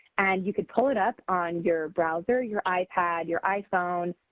and you can pull it up on your browser, your ipad, your iphone,